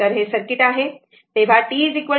तर हे सर्किट आहे